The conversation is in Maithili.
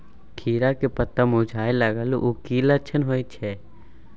खीरा के पत्ता मुरझाय लागल उ कि लक्षण होय छै?